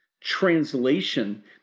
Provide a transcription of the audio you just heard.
translation